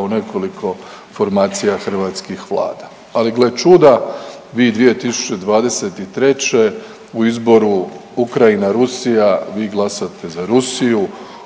u nekoliko formacija hrvatskih Vlada, ali gle čuda vi 2023. u izboru Ukrajina-Rusija vi glasate za Rusiju,